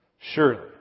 Surely